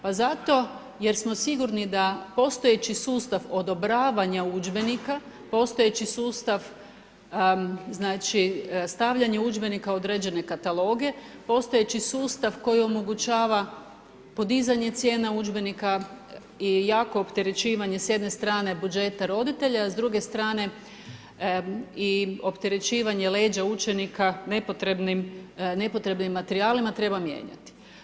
Zato jer smo sigurni da postojeći sustav odobravanja udžbenika, postojeći sustav stavljanja udžbenika određene kataloge, postojeći sustav koji omogućava podizanje cijene udžbenika je jako opterećivanje s jedne strane budžeta roditelja, a s druge strane i opterećivanje leđa učenika nepotrebnim materijalima treba mijenjati.